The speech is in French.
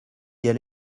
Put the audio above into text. elle